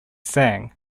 sang